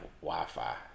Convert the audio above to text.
Wi-Fi